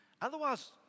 Otherwise